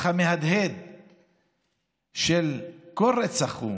כל רצח הוא